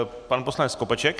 Pan poslanec Skopeček.